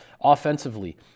Offensively